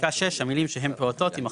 בפסקה (6), המילים "שהם פעוטות" יימחקו.